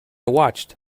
watched